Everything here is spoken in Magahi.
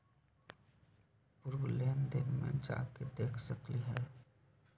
पूर्व लेन देन में जाके देखसकली ह?